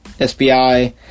SBI